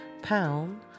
Pound